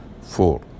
Four